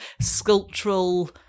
sculptural